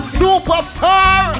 superstar